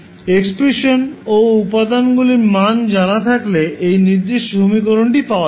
expression ও উপাদানগুলির মান জানা থাকলে এই নির্দিষ্ট সমীকরণটি পাওয়া যাবে